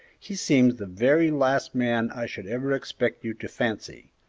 he seems the very last man i should ever expect you to fancy!